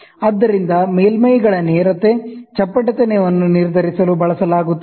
ಆದ್ದರಿಂದ ಮೇಲ್ಮೈಗಳ ನೇರತೆ ಚಪ್ಪಟೆತನವನ್ನು ನಿರ್ಧರಿಸಲು ಬಳಸಲಾಗುತ್ತದೆ